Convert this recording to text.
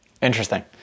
Interesting